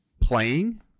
playing